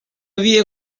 havia